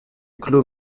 clos